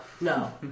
no